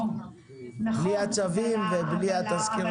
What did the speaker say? בלי הצווים ובלי התזכירים.